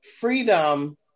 freedom